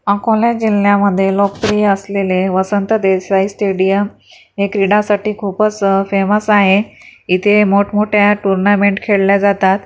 अकोला जिल्ह्यामध्ये लोकप्रिय असलेले वसंत देसाई स्टेडियम हे क्रीडासाठी खूपच फेमस आहे इथे मोठमोठया टूर्नामेंट खेळल्या जातात